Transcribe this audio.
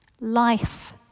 Life